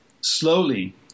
slowly